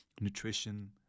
nutrition